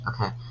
Okay